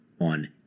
on